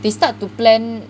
they start to plan